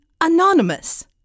anonymous